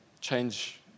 change